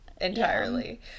entirely